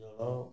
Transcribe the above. ତ